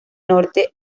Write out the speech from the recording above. norte